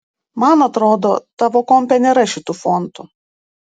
man atrodo tavo kompe nėra šitų fontų